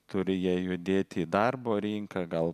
turi jie judėti į darbo rinką gal